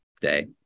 day